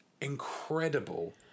incredible